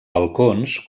balcons